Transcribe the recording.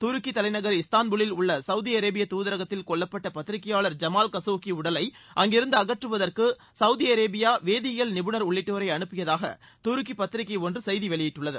துருக்கி தலைநகர் இஸ்தான்புல்லில் உள்ள சவுதி அரேபியா தூதரகத்தில் கொல்லப்பட்ட பத்திரிக்கையாளர் ஜமால் கசோகி உடலை அங்கிருந்து அகற்றுவதற்கு கவுதி அரேபியா வேதியியல் நிபுணா் உள்ளிட்டோரை அனுப்பியதாக துருக்கி பத்திரிக்கை ஒன்று செய்தி வெளியிட்டுள்ளது